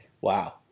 Wow